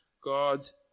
God's